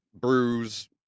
bruise